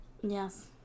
yes